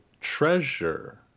treasure